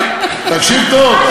תקשיב טוב,